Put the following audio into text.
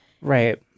Right